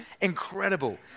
incredible